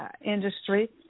Industry